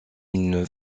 une